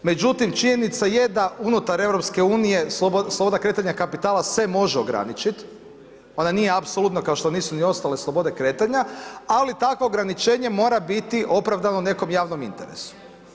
Međutim, činjenica je da unutar EU sloboda kretanja kapitala se može ograničit, ona nije apsolutna kao što nisu ni ostale slobode kretanja, ali takvo ograničenje mora biti opravdano nekom javnom interesu.